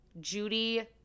Judy